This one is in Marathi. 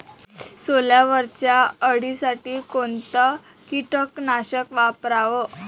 सोल्यावरच्या अळीसाठी कोनतं कीटकनाशक वापराव?